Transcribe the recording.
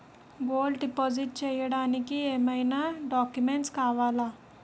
Gold deposit చేయడానికి ఏమైనా documents కావాలా?